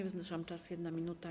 Wyznaczam czas - 1 minuta.